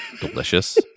delicious